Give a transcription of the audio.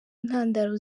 ntandaro